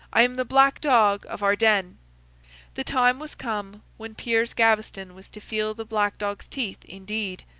i am the black dog of ardenne the time was come when piers gaveston was to feel the black dog's teeth indeed.